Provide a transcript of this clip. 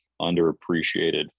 underappreciated